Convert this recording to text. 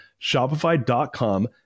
shopify.com